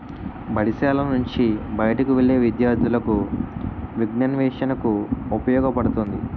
బడిశాల నుంచి బయటకు వెళ్లే విద్యార్థులకు విజ్ఞానాన్వేషణకు ఉపయోగపడుతుంది